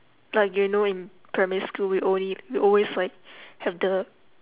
like you know in primary school we only always like have the